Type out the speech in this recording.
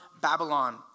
Babylon